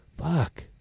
Fuck